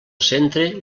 centre